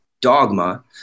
dogma